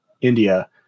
India